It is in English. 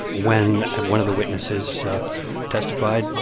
when one of the witnesses testified,